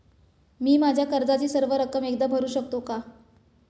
मी माझ्या कर्जाची सर्व रक्कम एकदा भरू शकतो का?